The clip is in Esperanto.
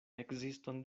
ekziston